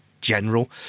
general